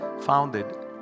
founded